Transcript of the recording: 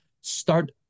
start